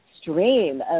stream